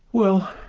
well,